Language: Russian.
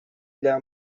для